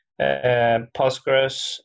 Postgres